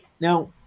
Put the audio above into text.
Now